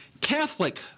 Catholic